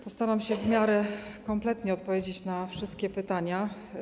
Postaram się w miarę kompletnie odpowiedzieć na wszystkie pytania.